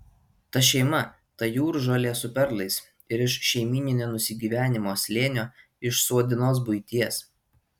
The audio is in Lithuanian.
ta šeima ta jūržolė su perlais ir iš šeimyninio nusigyvenimo slėnio iš suodinos buities